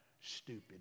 stupid